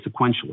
sequentially